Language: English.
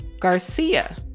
Garcia